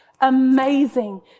amazing